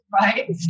Right